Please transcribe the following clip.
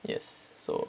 yes so